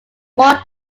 more